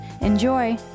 Enjoy